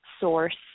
source